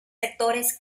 sectores